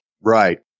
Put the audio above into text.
Right